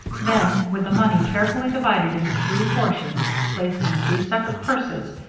then, with the money carefully divided into three portions, placed in three separate purses,